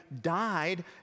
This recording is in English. died